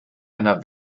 einer